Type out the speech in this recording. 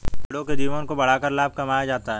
कीड़ों के जीवन को बढ़ाकर लाभ कमाया जाता है